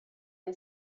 lay